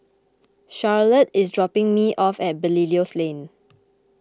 Charolette is dropping me off at Belilios Lane